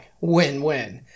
Win-win